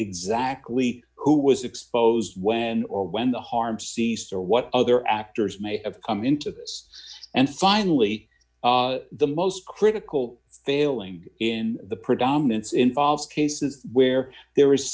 exactly who was exposed when or when the harm cease or what other actors may have come into this and finally the most critical failing in the predominance involves cases where there